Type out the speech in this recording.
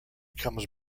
comes